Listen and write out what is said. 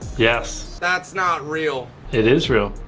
yes. that's not real. it is real.